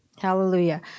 hallelujah